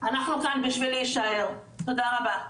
אנחנו כאן בשביל להישאר, תודה רבה.